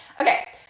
Okay